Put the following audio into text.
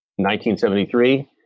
1973